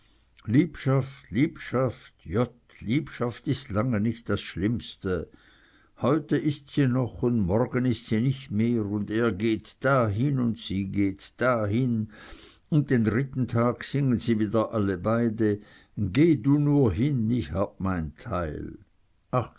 liebschaft liebschaft jott liebschaft is lange nich das schlimmste heut is sie noch un morgen is sie nich mehr un er geht da hin und sie geht da hin un den dritten tag singen sie wieder alle beide geh du nur hin ich hab mein teil ach